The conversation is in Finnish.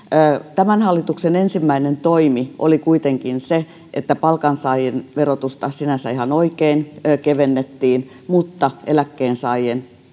tämän hallituksen ensimmäinen toimi oli kuitenkin se että palkansaajien verotusta sinänsä ihan oikein kevennettiin mutta eläkkeensaajien